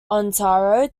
ontario